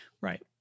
right